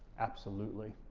absolutely.